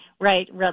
right